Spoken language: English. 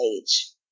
age